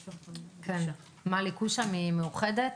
בבקשה, מלי קושא, מאוחדת.